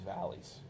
valleys